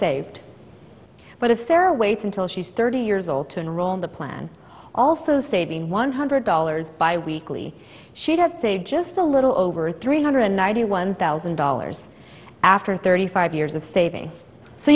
saved but if there are waits until she's thirty years old to enroll in the plan also saving one hundred dollars bi weekly she'd have saved just a little over three hundred ninety one thousand dollars after thirty five years of saving so